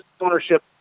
ownership